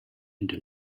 into